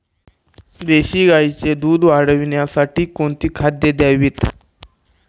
देशी गाईचे दूध वाढवण्यासाठी कोणती खाद्ये द्यावीत?